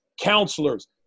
counselors